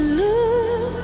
look